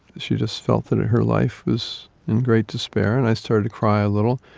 she just felt that her life was in great despair and i started to cry a little.